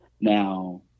Now